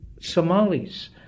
Somalis